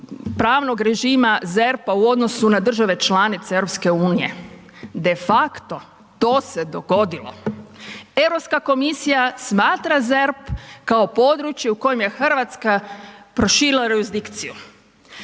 pravnog režima ZERP-a u odnosu na države članice Europske unije de facto to se dogodilo. Europska komisija smatra ZERP kao područje u kojem je Hrvatska proširila jurisdikciju.